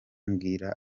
mbwira